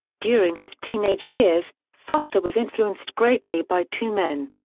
during his teenage years, foster was influenced greatly by two men.